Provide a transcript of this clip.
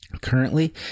currently